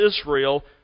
Israel